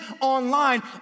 online